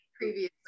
previously